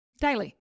Daily